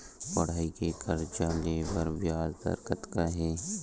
पढ़ई के कर्जा ले बर ब्याज दर कतका हे?